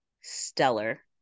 stellar